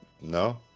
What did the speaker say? No